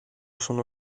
sono